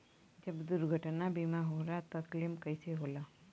जब दुर्घटना बीमा होला त क्लेम कईसे होला?